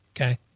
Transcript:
okay